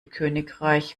königreich